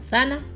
Sana